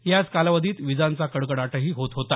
याच कालावधीत विजांचा कडकडाटही होत होता